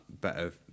better